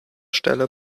stelle